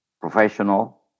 professional